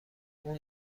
اون